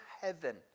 heaven